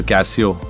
Casio